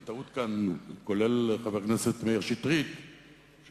לרבות חבר הכנסת מאיר שטרית,